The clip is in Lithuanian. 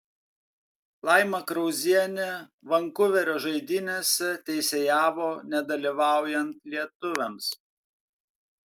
laima krauzienė vankuverio žaidynėse teisėjavo nedalyvaujant lietuviams